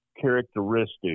characteristic